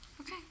Okay